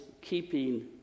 keeping